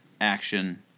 action